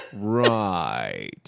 Right